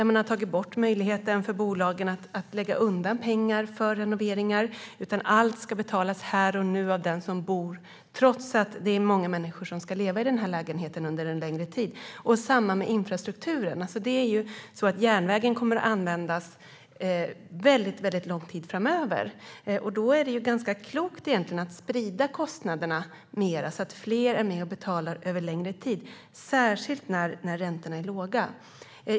Man har tagit bort möjligheten för bolagen att lägga undan pengar för renoveringar, så att allt ska betalas här och nu av den som bor, trots att det är många människor som ska leva i lägenheten under en längre tid. Samma sak är det med infrastrukturen. Järnvägen kommer ju att användas en väldigt lång tid framöver. Då är det egentligen ganska klokt att sprida kostnaderna mer så att fler är med och betalar över längre tid, särskilt när räntorna är låga.